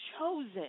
chosen